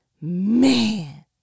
Man